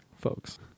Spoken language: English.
folks